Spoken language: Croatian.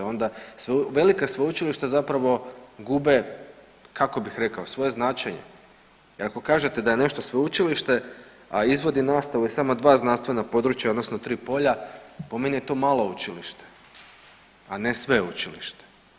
Ona velika sveučilišta zapravo gube kako bih rekao svoje značenje jer ako kažete da je nešto sveučilište, a izvodi nastavu iz samo dva znanstvena područja odnosno 3 polja po meni je to malo učilište, a ne sveučilište.